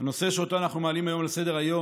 הנושא שאנחנו מעלים היום לסדר-היום,